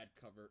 cover